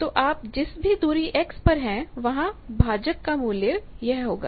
तो आप जिस भी दूरी x पर हैं वहां भाजक का मूल्य यह होगा